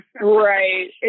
Right